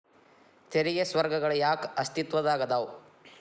ತೆರಿಗೆ ಸ್ವರ್ಗಗಳ ಯಾಕ ಅಸ್ತಿತ್ವದಾಗದವ